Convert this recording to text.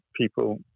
people